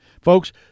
Folks